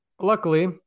luckily